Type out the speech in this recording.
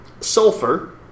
sulfur